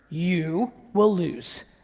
you will lose.